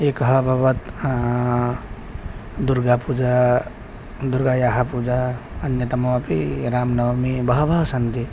एकः अभवत् दुर्गा पूजा दुर्गायाः पूजा अन्यतममपि रामनवमी बहवः सन्ति